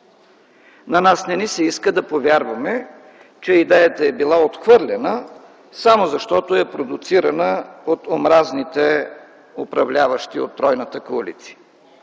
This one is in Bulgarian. На нас не ни се иска да повярваме, че идеята е била отхвърлена, само защото е продуцирана от омразните управляващи от тройната коалиция.